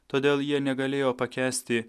todėl jie negalėjo pakęsti